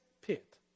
pit